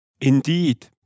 Indeed